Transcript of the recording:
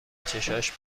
چشاش